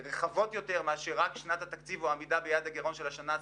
להביא בחשבון משמעויות רחבות יותר מאשר יעד גירעון ספציפי.